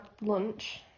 lunch